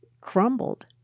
crumbled